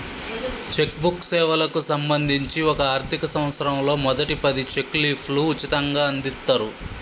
check book సేవలకు సంబంధించి ఒక ఆర్థిక సంవత్సరంలో మొదటి పది చెక్ లీఫ్లు ఉచితంగ అందిత్తరు